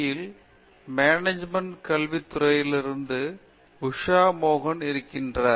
யில் மேனேஜ்மென்ட் கல்வித் துறையிலிருந்து உஷா மோகன் இருக்கிறார்